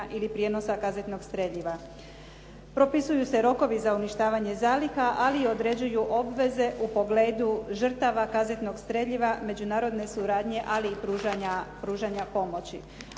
ili prijenosa kazetnog streljiva. Propisuju se rokovi za uništavanje zaliha ali određuju i obveze u pogledu žrtava kazetnog streljiva međunarodne suradnje, ali i pružanja pomoći.